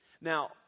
now